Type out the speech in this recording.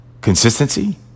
consistency